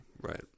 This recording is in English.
right